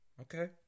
Okay